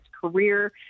career